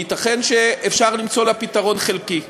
וייתכן שאפשר למצוא לה פתרון חלקי.